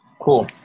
Cool